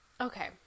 okay